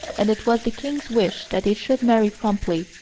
and it was the king's wish that they should marry promptly,